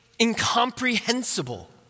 incomprehensible